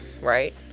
right